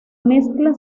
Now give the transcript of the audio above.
mezcla